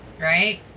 right